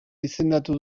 izendatu